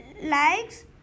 likes